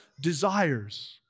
desires